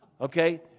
Okay